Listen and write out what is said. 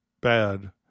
bad